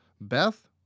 Beth